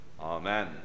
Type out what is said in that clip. Amen